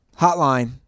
Hotline